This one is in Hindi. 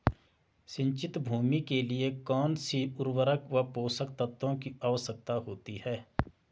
सिंचित भूमि के लिए कौन सी उर्वरक व पोषक तत्वों की आवश्यकता होती है?